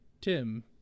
Tim